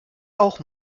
auch